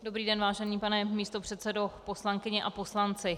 Dobrý den, vážený pane místopředsedo, poslankyně a poslanci.